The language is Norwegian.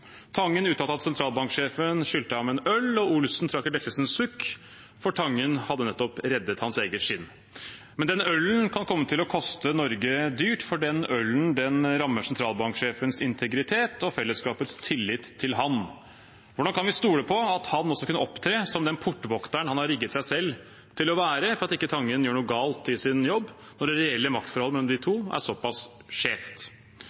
Tangen uttalte at sentralbanksjefen skyldte ham en øl, og Olsen trakk et lettelsens sukk, for Tangen hadde nettopp reddet hans eget skinn. Men den ølen kan komme til å koste Norge dyrt, for den ølen rammer sentralbanksjefens integritet og fellesskapets tillit til ham. Hvordan kan vi stole på at han også kan opptre som den portvokteren han har rigget seg selv til å være for at Tangen ikke gjør noe galt i sin jobb, når det reelle maktforholdet mellom de to